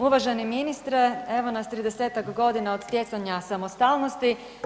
Uvaženi ministre, evo nas, 30-tak godina od stjecanja samostalnosti.